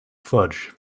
fudge